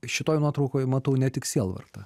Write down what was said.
šitoj nuotraukoj matau ne tik sielvartą